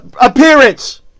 appearance